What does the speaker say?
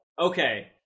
Okay